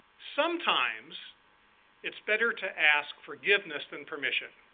sometimes it's better to ask forgiveness than permission